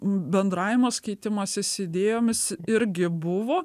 bendravimas keitimasis idėjomis irgi buvo